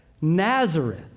Nazareth